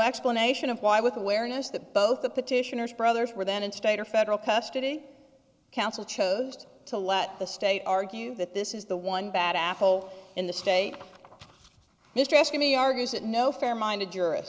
explanation of why with awareness that both the petitioners brothers were then in state or federal custody counsel chose to let the state argue that this is the one bad apple in the state this rescue me argues that no fair minded jur